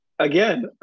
Again